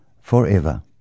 forever